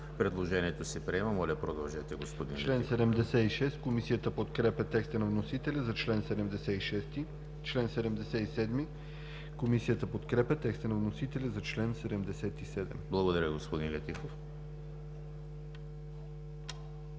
Предложението се приема. Моля, продължете, господин Летифов.